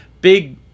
big